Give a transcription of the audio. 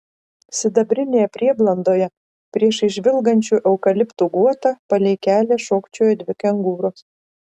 sidabrinėje prieblandoje priešais žvilgančių eukaliptų guotą palei kelią šokčiojo dvi kengūros